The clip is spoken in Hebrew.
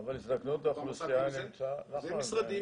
--- אבל הזדקנות האוכלוסייה נמצא --- אלה משרדים